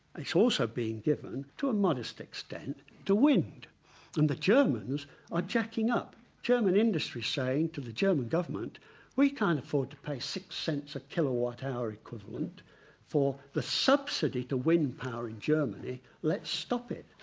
it's also being given to a modest extent to and the germans are jacking up german industry's saying to the german government we can't afford to pay six cents a kilowatt-hour equivalent for the subsidy to wind power in germany let's stop it,